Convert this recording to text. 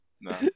No